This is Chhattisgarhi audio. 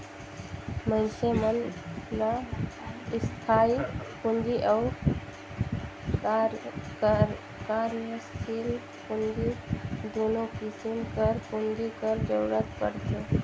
मइनसे मन ल इस्थाई पूंजी अउ कारयसील पूंजी दुनो किसिम कर पूंजी कर जरूरत परथे